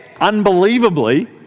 unbelievably